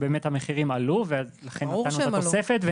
שבאמת המחירים עלו ולכן נתנו את התוספת,